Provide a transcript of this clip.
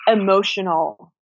emotional